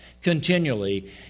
continually